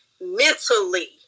mentally